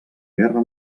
guerra